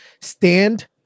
Stand